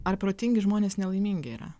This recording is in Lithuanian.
ar protingi žmonės nelaimingi yra